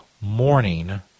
morning